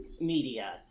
media